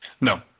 No